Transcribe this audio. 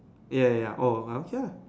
ya ya ya orh !huh! okay lah